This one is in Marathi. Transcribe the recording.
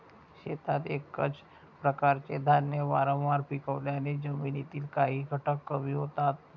शेतात एकाच प्रकारचे धान्य वारंवार पिकवल्याने जमिनीतील काही घटक कमी होतात